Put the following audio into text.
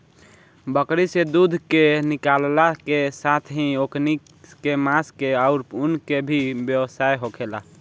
बकरी से दूध के निकालला के साथेही ओकनी के मांस के आउर ऊन के भी व्यवसाय होखेला